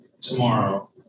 tomorrow